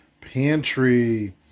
Pantry